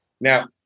Now